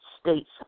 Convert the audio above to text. states